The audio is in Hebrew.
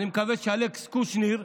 אני מקווה שאלכס קושניר,